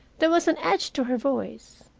there was an edge to her voice.